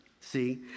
See